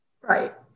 Right